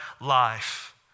life